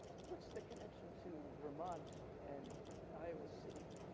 what's the connection to vermont and iowa city?